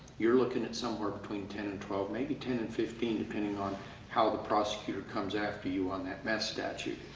you're looking at somewhere between ten and twelve, maybe ten and fifteen depending on how the prosecutor comes after you on that meth statute.